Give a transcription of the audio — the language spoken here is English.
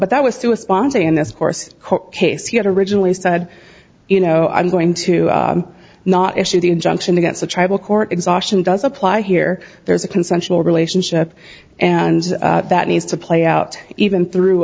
but that was through a sponsor in this course case he had originally said you know i'm going to not issue the injunction against the tribal court exhaustion does apply here there's a consensual relationship and that needs to play out even through